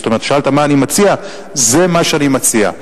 שאלת מה אני מציע, זה מה שאני מציע.